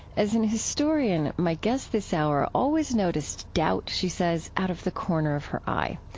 as an historian, my guest this hour always noticed doubt, she says, out of the corner of her eye.